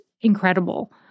incredible